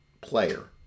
player